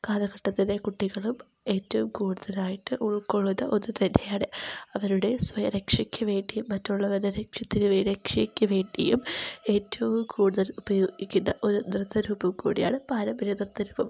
കാലഘട്ടത്തിലെ കുട്ടികളും ഏറ്റവും കുടുതലായിട്ട് ഉൾകൊള്ളുന്ന ഒന്നുതന്നെയാണ് അവരുടെ സ്വയരക്ഷയ്ക്ക് വേണ്ടിയും മറ്റുള്ളവരുടെ രക്ഷയ്ക്ക് വേണ്ടിയും ഏറ്റവും കൂടുതൽ ഉപയോഗിക്കുന്ന ഒരു നൃത്തരൂപം കൂടിയാണ് പാരമ്പര്യ നൃത്തരൂപം